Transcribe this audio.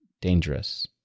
dangerous